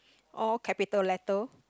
all capital letters